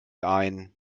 ein